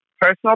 personal